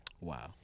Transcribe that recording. Wow